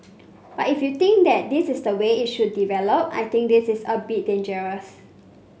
but if you think that this is the way it should develop I think this is a bit dangerous